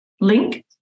link